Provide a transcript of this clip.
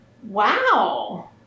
Wow